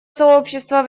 сообщества